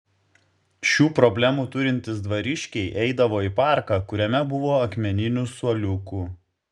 šių problemų turintys dvariškiai eidavo į parką kuriame buvo akmeninių suoliukų